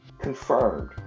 confirmed